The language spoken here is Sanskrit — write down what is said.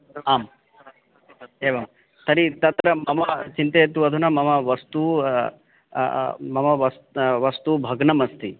आम् एवं तर्हि तत्र मम चिन्तयतु अधुना मम वस्तु मम वस् वस्तु भग्नमस्ति